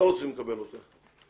לא רוצים לקבל אותה.